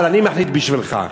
אבל אני מחליט בשבילך.